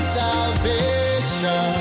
salvation